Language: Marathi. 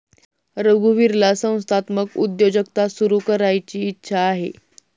रघुवीरला संस्थात्मक उद्योजकता सुरू करायची इच्छा आहे